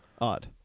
odd